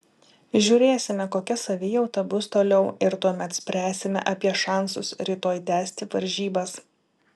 žiūrėsime kokia savijauta bus toliau ir tuomet spręsime apie šansus rytoj tęsti varžybas